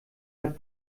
hat